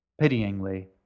Pityingly